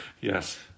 yes